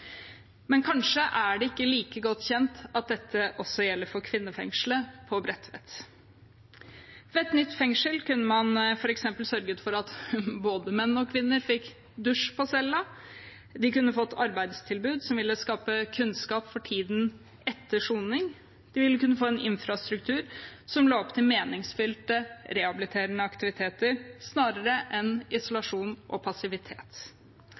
Kanskje er det ikke like godt kjent at dette også gjelder for kvinnefengselet på Bredtvet. Med et nytt fengsel kunne man f.eks. sørget for at både menn og kvinner fikk dusj på cella, at de kunne fått arbeidstilbud som ville skape kunnskap for tiden etter soning, og en infrastruktur som la opp til meningsfylte rehabiliterende aktiviteter snarere enn isolasjon og passivitet.